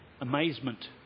amazement